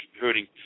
hurting